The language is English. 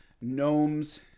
gnomes